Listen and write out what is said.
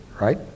right